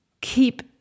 keep